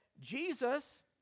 Jesus